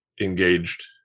engaged